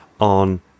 on